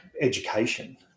education